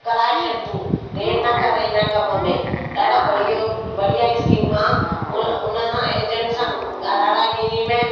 कराए छॾु तूं देरि न कर इन कम में ॾाढा बढ़ियो बढ़िया स्कीम आहे उन एजेंट सां ॻाल्हाराए ॾींदी मै